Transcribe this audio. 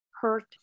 hurt